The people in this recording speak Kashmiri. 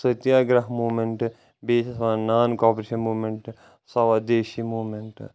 ستیا گرہ موہمینٹ بییٚہِ چھس ونان non cooperation movement Swadeshi moment